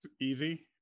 easy